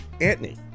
Anthony